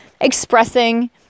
expressing